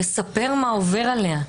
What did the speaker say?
לספר מה עובר עליה,